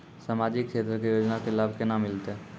समाजिक क्षेत्र के योजना के लाभ केना मिलतै?